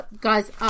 guys